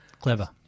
Clever